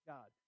God